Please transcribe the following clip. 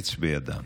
ושרץ בידם.